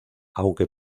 aunque